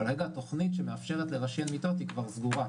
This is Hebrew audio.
כרגע התוכנית שמאפשרת לאשר מיטות היא כבר סגורה,